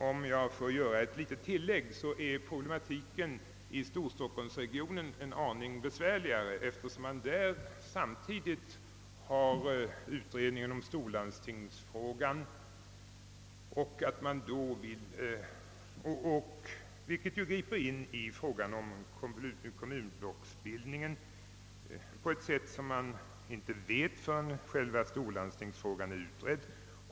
Om jag får göra ett litet tillägg så vill jag säga, att problematiken i storstockholmsregionen är en aning besvärligare eftersom man där samtidigt utreder storlandstingsfrågan. Den griper ju in i frågan om kommunblocksbildningen på ett sätt som man inte kan bedöma förrän själva storlandstingsfrågan blivit utredd.